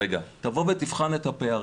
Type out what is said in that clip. תבוא ותבחן את הפערים.